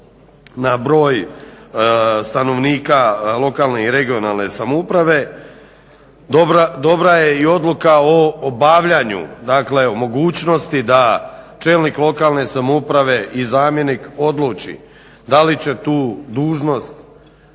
na broj stanovnika lokalne i regionalne samouprave, dobra je i odluka o obavljanju dakle mogućnosti da čelnik lokalne samouprave i zamjenik odluči da li će tu dužnost